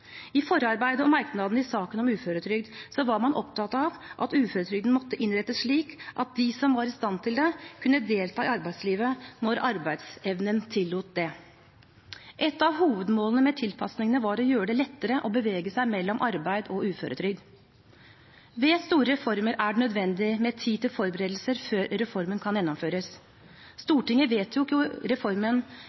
I forarbeidet og merknadene i saken om uføretrygd var man opptatt av at uføretrygden måtte innrettes slik at de som var i stand til det, kunne delta i arbeidslivet når arbeidsevnen tillot det. Et av hovedmålene med tilpasningene var å gjøre det lettere å bevege seg mellom arbeid og uføretrygd. Ved store reformer er det nødvendig med tid til forberedelser før reformen kan gjennomføres. Stortinget vedtok reformen